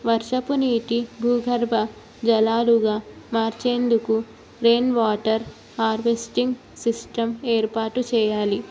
వర్షపు నీటి భూగర్భ జలాలుగా మార్చేందుకు రైయిన్ వాటర్ హార్వెస్టింగ్ సిస్టమ్ ఏర్పాటు చేయాలి